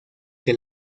que